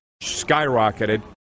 skyrocketed